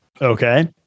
Okay